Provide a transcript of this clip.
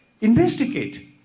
investigate